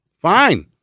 fine